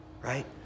right